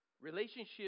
Relationship